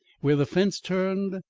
where the fence turned,